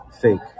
Fake